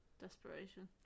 Desperation